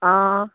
हां